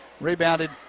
Rebounded